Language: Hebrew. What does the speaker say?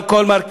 על כל מרכיביה,